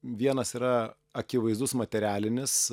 vienas yra akivaizdus materialinis